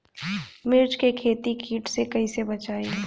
मिर्च के खेती कीट से कइसे बचाई?